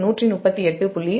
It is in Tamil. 52 ஆக இருக்கும் இது ∟138